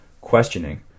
questioning